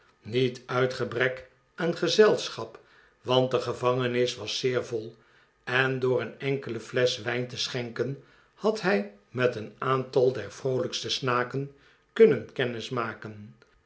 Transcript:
niet uit gebrek aan gezelschap want de gevangenis was zeer vol en door een enkele flesch wijn te schenken had hij met een aantal der vroolijkste snaken kunnen